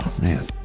man